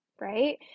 right